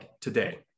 today